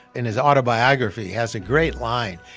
in his autobiography, has a great line.